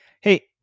Hey